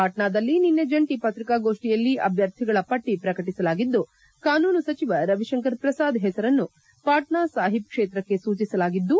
ಪಾಟ್ನಾದಲ್ಲಿ ನಿನ್ನೆ ಜಂಟಿ ಪ್ರಿಕಾಗೋಷ್ಟಿಯಲ್ಲಿ ಅಭ್ಯರ್ಥಿಗಳ ಪಟ್ಟಿ ಪ್ರಕಟಿಸಲಾಗಿದ್ದು ಕಾನೂನು ಸಚಿವ ರವಿಶಂಕರ್ ಪ್ರಸಾದ್ ಹೆಸರನ್ನು ಪಾಟ್ನಾ ಸಾಹಿಬ್ ಕ್ಷೇತ್ರಕ್ಕೆ ಸೂಚಿಸಲಾಗಿದ್ದು